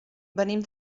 venim